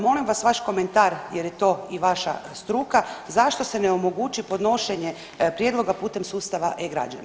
Molim vas vaš komentar jer je to i vaša struka, zašto se ne omogući podnošenje prijedloga putem sustava e-građani?